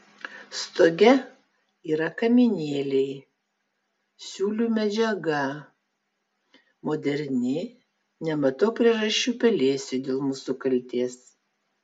stoge yra kaminėliai siūlių medžiaga moderni nematau priežasčių pelėsiui dėl mūsų kaltės